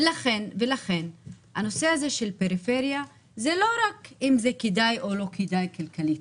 ולכן הנושא הזה של פריפריה הוא לא רק אם זה כדאי או לא כדאי כלכלית.